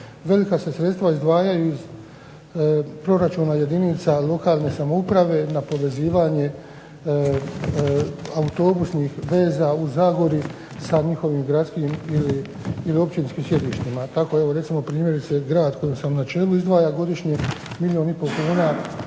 Velika se sredstva izdvajaju iz proračuna jedinica lokalne samouprave na povezivanje autobusnih veza u Zagori sa njihovim gradskim ili općinskim sjedištima. Tako evo recimo primjerice grad kojem sam na čelu izdvaja godišnje milijun i pol kuna